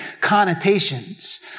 connotations